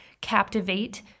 Captivate